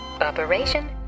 Operation